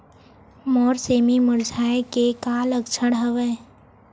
मोर सेमी मुरझाये के का लक्षण हवय?